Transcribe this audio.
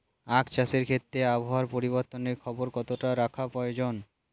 আখ চাষের ক্ষেত্রে আবহাওয়ার পরিবর্তনের খবর কতটা রাখা প্রয়োজন?